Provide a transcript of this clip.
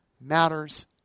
matters